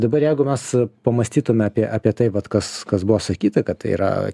dabar jeigu mes pamąstytume apie apie tai vat kas kas buvo sakyta kad tai yra